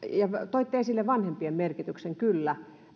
toitte esille vanhempien merkityksen kyllä